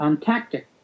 tactic